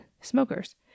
smokers